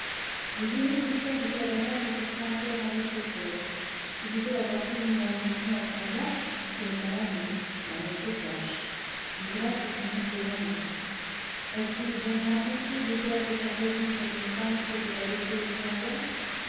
les joyeux plaisirs du cabaret ne sont pas encore à notre hauteur ce qui fait la fortune d'un bouchon en plein vent ce n'est pas l'amour l'amour se cache l'ivresse se montre au grand jour est-il donc moins honteux de perdre sa raison près d'une femme que de la laisser au fond d'un verre